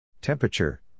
Temperature